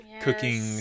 cooking